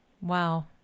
Wow